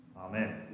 Amen